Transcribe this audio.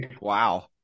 wow